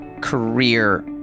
Career